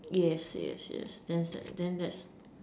yes yes yes then is that then that's